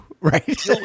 right